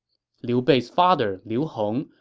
liu bei's father, liu hong,